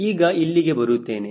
ಈಗ ಇಲ್ಲಿಗೆ ಬರುತ್ತೇನೆ